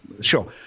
sure